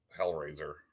Hellraiser